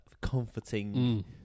comforting